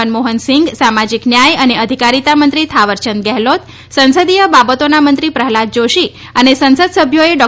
મનમોહનસિંઘ સામાજીક ન્યાય અને અધિકારીતા મંત્રી થાવરચંદ ગેહલોત સંસદીય બાબતોના મંત્રી પ્રહલાદ જોશી અને સંસદ સભ્યોએ ડૉ